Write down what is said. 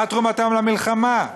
מה תרומתם למלחמה?